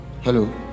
hello